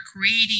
creating